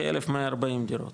כ-1140 דירות,